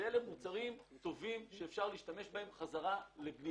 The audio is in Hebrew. אלה מוצרים טובים שאפשר להשתמש בהם חזרה לבנייה.